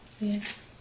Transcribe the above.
Yes